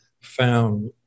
found